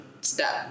step